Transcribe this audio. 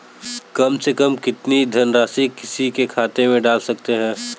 कम से कम कितनी धनराशि किसी के खाते में डाल सकते हैं?